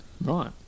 Right